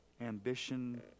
ambition